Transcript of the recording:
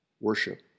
worship